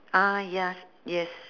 ah ya yes